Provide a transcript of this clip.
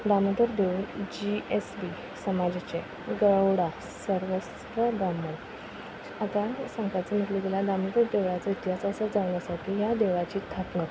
दामोदर देवूळ G S B समाजाचें गवडा सर्वस्त्र ब्रामण आतां सांगपाचें म्हटलें जाल्यार दामोदर देवळाचो इतिहास असो जावन आसा की ह्या देवळाची थापणूक